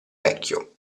vecchio